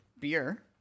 Beer